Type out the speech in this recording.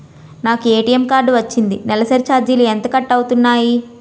నాకు ATM card వచ్చింది నెలసరి ఛార్జీలు ఎంత కట్ అవ్తున్నాయి?